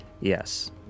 yes